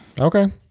Okay